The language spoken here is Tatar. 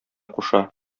куша